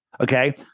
Okay